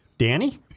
Danny